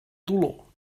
dolor